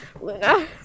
Luna